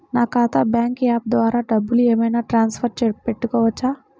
నా ఖాతా bank app ద్వారా డబ్బులు ఏమైనా ట్రాన్స్ఫర్ పెట్టుకోవచ్చా?